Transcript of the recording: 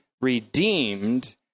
redeemed